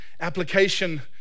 application